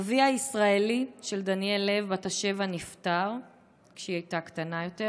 אביה הישראלי של דניאל לב בת השבע נפטר כשהיא הייתה קטנה יותר.